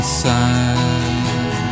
side